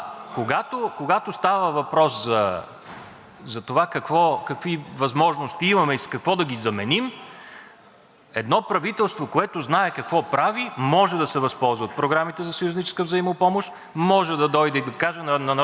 едно правителство, което знае какво прави, може да се възползва от програмите за съюзническа взаимопомощ, може да дойде и да каже на Народното събрание – това можем да дадем, с това можем да го заменим, такива са ползите за Украйна, такива са нашите ползи. Благодаря